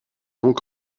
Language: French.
donc